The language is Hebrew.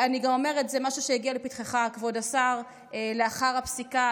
זה גם משהו שהגיע לפתחך, כבוד השר, לאחר הפסיקה.